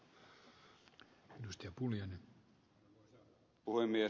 arvoisa puhemies